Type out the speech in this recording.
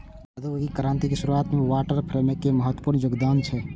औद्योगिक क्रांतिक शुरुआत मे वाटर फ्रेमक महत्वपूर्ण योगदान छै